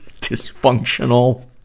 dysfunctional